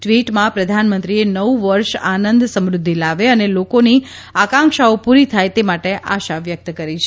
ટ્વીટમાં પ્રધાનમંત્રીએ નવું વર્ષ આનંદસમૂદ્ધિ લાવે અને લોકોની આકાંશાઓ પૂરી થાય તે માટે આશા વ્યક્ત કરી છે